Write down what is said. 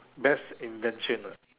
best invention ah